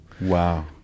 wow